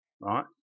right